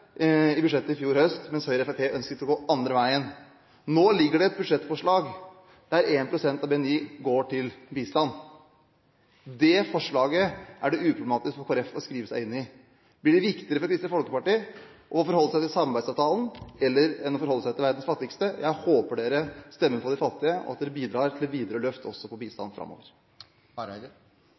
med budsjettet i fjor høst, mens Høyre og Fremskrittspartiet ønsket å gå den andre veien. Nå foreligger det et budsjettforslag der 1 pst. av BNI går til bistand. Det forslaget er det uproblematisk for Kristelig Folkeparti å skrive seg inn i. Blir det viktigere for Kristelig Folkeparti å forholde seg til samarbeidsavtalen enn å forholde seg til verdens fattigste? Jeg håper Kristelig Folkeparti stemmer for de fattigste og at de bidrar til videre løft også for bistand framover.